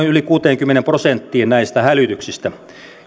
yli kuuteenkymmeneen prosenttiin näistä hälytyksistä